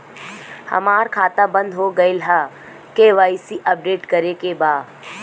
हमार खाता बंद हो गईल ह के.वाइ.सी अपडेट करे के बा?